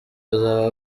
azaba